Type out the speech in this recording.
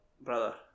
brother